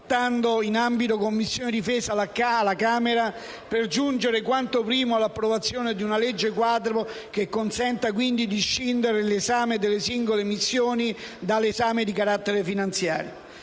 la Commissione difesa della Camera per giungere quanto prima all'approvazione di una legge quadro che consenta di scindere l'esame delle singole missioni dall'esame di carattere finanziario.